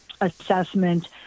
assessment